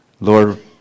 Lord